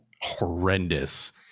horrendous